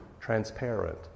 transparent